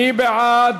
מי בעד?